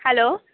hello